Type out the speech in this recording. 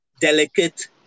delicate